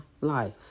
life